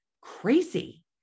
Crazy